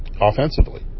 offensively